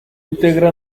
integra